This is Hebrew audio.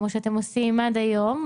כמו שאתם עושים עד היום,